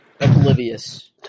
oblivious